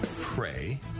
pray